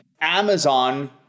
Amazon